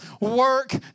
work